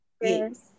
yes